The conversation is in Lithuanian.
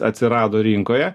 atsirado rinkoje